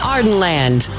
Ardenland